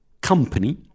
company